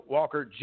Walker